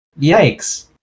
Yikes